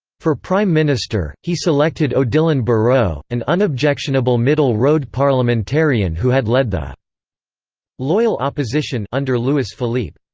for prime minister, he selected odilon barrot, an unobjectionable middle-road parliamentarian who had led the loyal opposition under louis philippe.